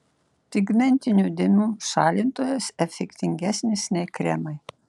pigmentinių dėmių šalintojas efektingesnis nei kremai